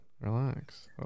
relax